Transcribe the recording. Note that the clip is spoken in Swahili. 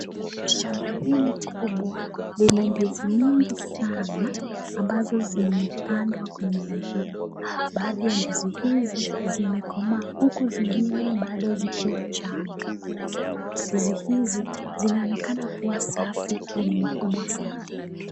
Shamba hili kubwa lini ndizi mingi sana ambazo zimepandwa kwenye laini . Baadhi ya ndizi hizi zimekomaa huku zingine zikiwa changa. Ndizi hizi zinaonekana kuwa safi na ni makubwa sana.